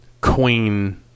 Queen